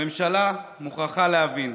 הממשלה מוכרחה להבין: